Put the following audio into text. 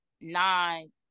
nine